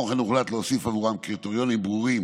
כמו כן, הוחלט להוסיף עבורם קריטריונים ברורים